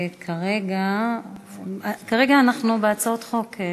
כרגע אנחנו בהצעות חוק,